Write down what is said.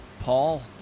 Paul